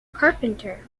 carpenter